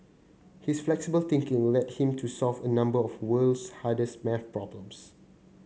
his flexible thinking led him to solve a number of the world's hardest maths problems